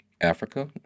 Africa